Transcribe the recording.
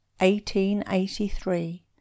1883